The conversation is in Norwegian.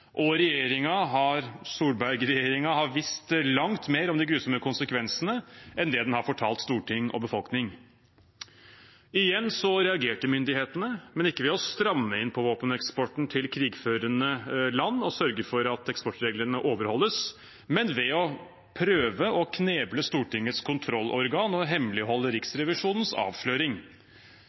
og Solberg-regjeringen har visst langt mer om de grusomme konsekvensene enn det den har fortalt storting og befolkning. Igjen reagerte myndighetene, men ikke ved å stramme inn på våpeneksporten til krigførende land og sørge for at eksportreglene overholdes, men ved å prøve å kneble Stortingets kontrollorgan og hemmeligholde Riksrevisjonens avsløring.